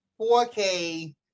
4K